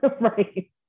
Right